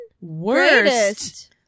worst